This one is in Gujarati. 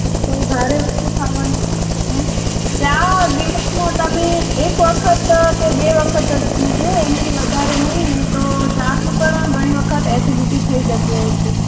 કોઈ ભારે વસ્તુ ખાવાની નહીં ચા દિવસમાં તમે એક વખત કે બે વખત જ પીજો એનાથી વધારે નહીં નહીં તો ચાથી પણ ઘણી વખત ઍસિડિટી થઇ જતી હોય છે